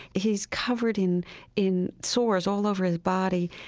he's covered in in sores all over his body.